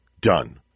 Done